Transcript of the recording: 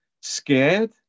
scared